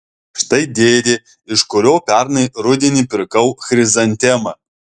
štai dėdė iš kurio pernai rudenį pirkau chrizantemą